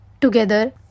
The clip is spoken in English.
together